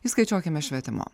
įskaičiuokime švietimo